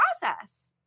process